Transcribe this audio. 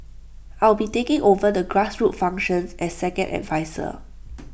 I'll be taking over the grassroots functions as second adviser